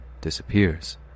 disappears